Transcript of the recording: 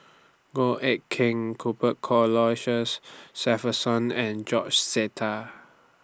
Goh Eck Kheng Cuthbert Shepherdson and George Sita